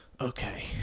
Okay